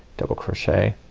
double crochet,